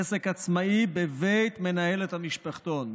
עסק עצמאי בבית מנהלת המשפחתון,